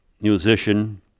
musician